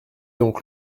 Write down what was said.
donc